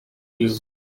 you